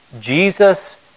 Jesus